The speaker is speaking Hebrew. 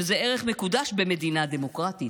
שזה ערך מקודש במדינה דמוקרטית.